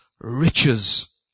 riches